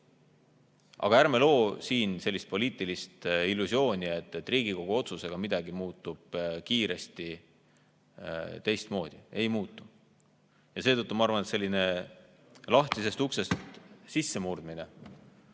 Aga ärme loome siin sellist poliitilist illusiooni, et Riigikogu otsusega midagi muutub kiiresti teistmoodi. Ei muutu. Seetõttu ma arvan, et selline lahtisest uksest sissemurdmine ei